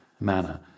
manner